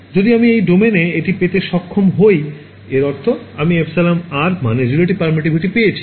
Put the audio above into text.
যদি আমি এই ডোমেনে এটি পেতে সক্ষম হই এর অর্থ আমি epsilon r মানে relative permittivity পেয়েছি